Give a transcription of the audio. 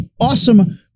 awesome